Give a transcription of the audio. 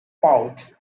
pouch